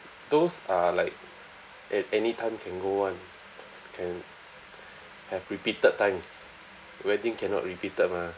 those are like at anytime can go [one] can have repeated times wedding cannot repeated mah